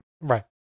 Right